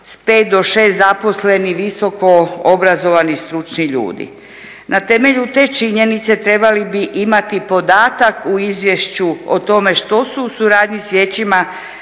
s 5 do 6 zaposlenih visokoobrazovnih stručnih ljudi. Na temelju te činjenice trebali bi imati podatak u izvješću o tome što su u suradnji s vijećima